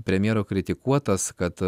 premjero kritikuotas kad